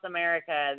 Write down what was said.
America